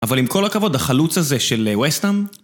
אבל עם כל הכבוד החלוץ הזה של וסטאם